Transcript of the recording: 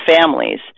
families